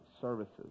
services